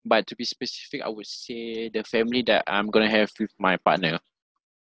but to be specific I would say the family that I'm going to have with my partner